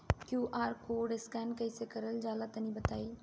QR code scan कैसे क़रल जला तनि बताई?